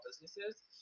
businesses